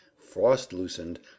frost-loosened